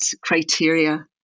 criteria